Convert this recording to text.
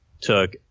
took